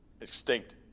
extinct